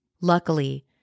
Luckily